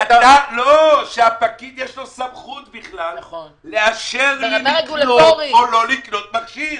שלפקיד יש סמכות לאשר לי לקנות או לא לקנות מכשיר?